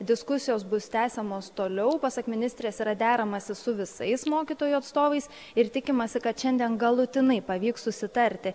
diskusijos bus tęsiamos toliau pasak ministrės yra deramasi su visais mokytojų atstovais ir tikimasi kad šiandien galutinai pavyks susitarti